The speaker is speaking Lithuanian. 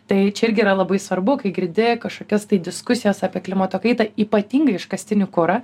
tai čia irgi yra labai svarbu kai girdi kažkokias tai diskusijos apie klimato kaitą ypatingai iškastinį kurą